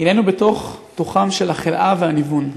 "הננו בתוך תוכם של החלאה והניוון.